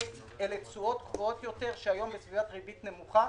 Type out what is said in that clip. אלו תשואות גבוהות יותר שהיום בסביבת ריבית נמוכה